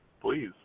please